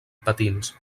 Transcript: patins